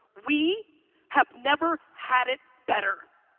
we have never had it better.